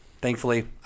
thankfully